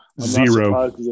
Zero